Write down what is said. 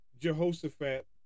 Jehoshaphat